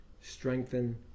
strengthen